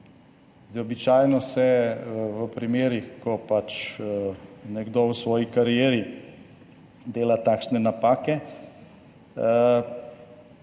padla. Običajno se v primerih, ko pač nekdo v svoji karieri dela takšne napake,